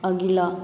अगिला